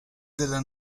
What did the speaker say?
della